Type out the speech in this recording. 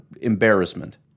embarrassment